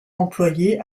employée